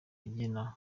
agena